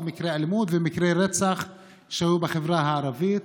מקרי אלימות ומקרי רצח שהיו בחברה הערבית,